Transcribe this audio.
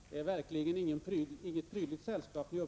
Det är verkligen inte att uppträda i något prydligt sällskap.